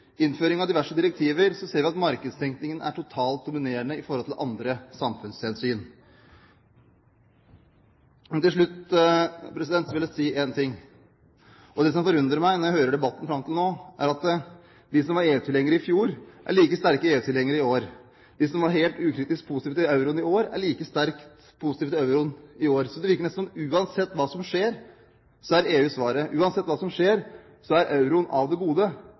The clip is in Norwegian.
innføring av diverse direktiver, ser vi at markedstenkningen er totalt dominerende i forhold til andre samfunnshensyn. Til slutt vil jeg si én ting: Det som forundrer meg etter å ha hørt debatten fram til nå, er at de som var EU-tilhengere i fjor, er like sterke EU-tilhengere i år. De som var helt ukritisk positive til euroen i fjor, er like sterkt positive til euroen i år. Det virker nesten som om uansett hva som skjer, er EU svaret. Uansett hva som skjer, er euroen av det gode.